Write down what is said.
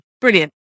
brilliant